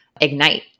ignite